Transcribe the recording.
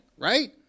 Right